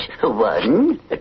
One